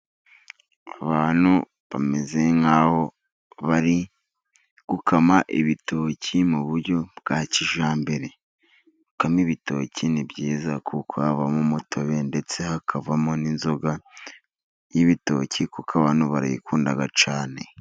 Abantu bameze nk'aho bari gukama ibitoki mu buryo bwa kijyambere. Gukama ibitoki ni byiza kuko havamo umutobe ndetse hakavamo n'inzoga y'ibitoki kuko abantu barayikunda cyane.